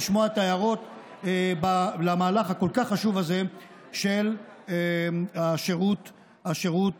לשמוע את ההערות על המהלך הכל-כך חשוב הזה של השירות המשותף.